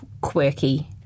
quirky